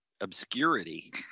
obscurity